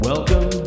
Welcome